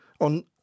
on